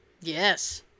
Yes